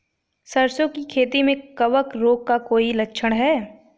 सरसों की खेती में कवक रोग का कोई लक्षण है?